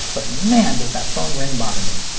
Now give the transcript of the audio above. but man does that phone ring bother me.